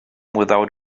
without